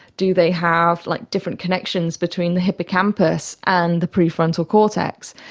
do they have like different connections between the hippocampus and the prefrontal cortex?